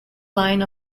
line